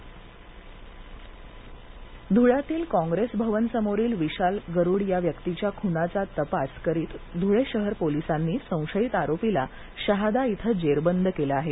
तपास धळे ध्वळ्यातील काँग्रेस भवनसमोर विशाल गरुड या व्यक्तीच्या खुनाचा तपास करीत ध्वळे शहर पोलिसांनी संशयीत आरोपीला शहादा इथं जेरबंद केलं आहे